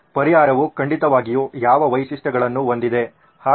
ಪರಿಹಾರವು ಖಂಡಿತವಾಗಿಯೂ ಯಾವ ವೈಶಿಷ್ಟ್ಯಗಳನ್ನು ಹೊಂದಿದೆ